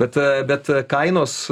bet bet kainos